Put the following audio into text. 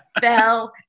fell